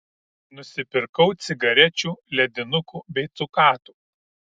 nusipirkau cigarečių ledinukų bei cukatų